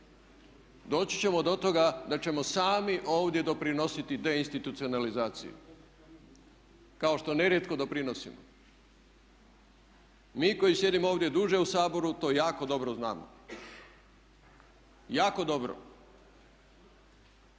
doći ćemo do toga da ćemo sami ovdje doprinositi deinstitucionalizaciji kao što nerijetko doprinosimo. Mi koji sjedimo ovdje duže u Saboru to jako dobro znamo, jako dobro.